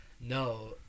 No